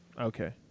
Okay